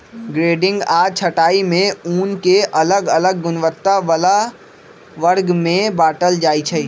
grading आऽ छँटाई में ऊन के अलग अलग गुणवत्ता बला वर्ग में बाटल जाइ छइ